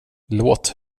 låt